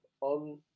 on